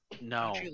No